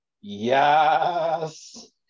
yes